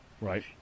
right